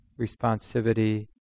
responsivity